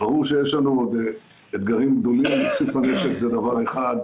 ברור שיש לנו עוד אתגרים גדולים איסוף הנשק זה דבר אחד,